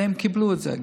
והם קיבלו את זה,